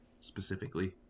specifically